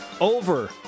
Over